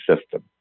system